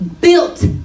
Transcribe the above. built